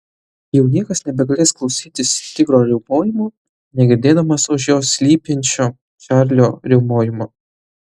jau niekas nebegalės klausytis tigro riaumojimo negirdėdamas už jo slypinčio čarlio riaumojimo